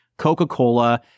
coca-cola